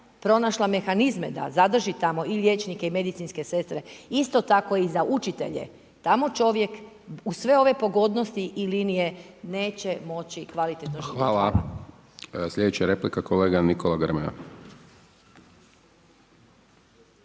pronašla mehanizme da zadrži tamo i liječnike i medicinske sestre, isto tako i za učitelje, tamo čovjek uz sve ove pogodnosti i linije neće moći kvalitetno živjeti. Hvala. **Hajdaš Dončić, Siniša (SDP)** Hvala.